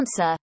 Answer